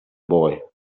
boy